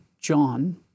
John